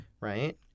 Right